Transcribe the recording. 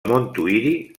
montuïri